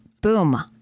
boom